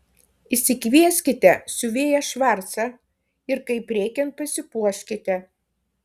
išsikvieskite siuvėją švarcą ir kaip reikiant pasipuoškite